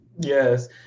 yes